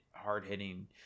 hard-hitting